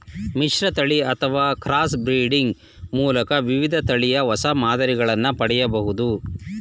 ಮಿಶ್ರತಳಿ ಅಥವಾ cross breeding ಮೂಲಕ ವಿವಿಧ ತಳಿಯ ಹೊಸ ಮಾದರಿಗಳನ್ನು ಪಡೆಯಬೋದು